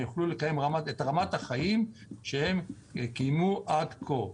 הם יוכלו לקיים את רמת החיים שהם קיימו עד כה.